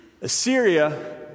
Assyria